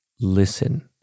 Listen